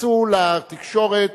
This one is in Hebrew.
שפרצו לתקשורת